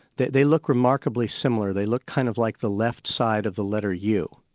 they they look remarkably similar, they look kind of like the left side of the letter u,